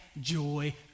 joy